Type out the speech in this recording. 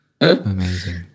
Amazing